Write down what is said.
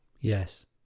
Yes